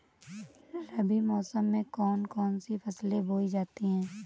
रबी मौसम में कौन कौन सी फसलें बोई जाती हैं?